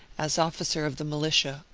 as officer of the militia,